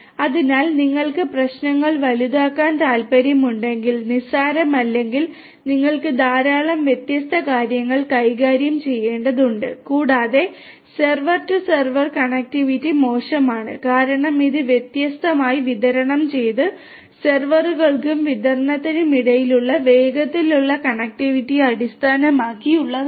അതിനാൽ നിങ്ങൾക്ക് പ്രശ്നങ്ങൾ വലുതാക്കാൻ താൽപ്പര്യമുണ്ടെങ്കിൽ നിസ്സാരമല്ലെങ്കിൽ നിങ്ങൾക്ക് ധാരാളം വ്യത്യസ്ത കാര്യങ്ങൾ കൈകാര്യം ചെയ്യേണ്ടതുണ്ട് കൂടാതെ സെർവർ ടു സെർവർ കണക്റ്റിവിറ്റി മോശമാണ് കാരണം ഇത് വ്യത്യസ്തമായി വിതരണം ചെയ്ത സെർവറുകൾക്കും വിതരണത്തിനും ഇടയിലുള്ള വേഗത്തിലുള്ള കണക്റ്റിവിറ്റിയെ അടിസ്ഥാനമാക്കിയുള്ളതാണ്